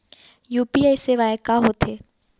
UPI सेवाएं का होथे?